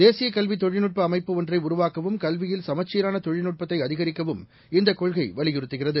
தேசியகல்விதொழில்நுட்பஅமைப்பு ஒன்றைஉருவாக்கவும் கல்வியில் சமச்சீரானதொழில்நட்பத்தைஅதிகரிக்கவும் இந்தக் கொள்கைவலியுறுத்துகிறது